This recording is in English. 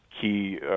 key